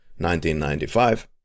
1995